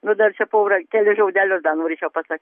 nu dar čia pora kelis žodelius dar norėčiau pasa